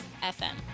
FM